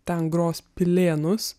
ten gros pilėnus